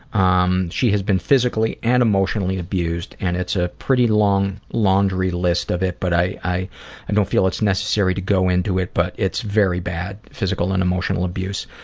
um she has been physically and emotionally abused and it's a pretty long laundry list of it but i i and don't feel it's necessary to go into it but it's very bad physical and emotional abuse.